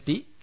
T K